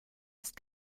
ist